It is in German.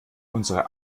unsere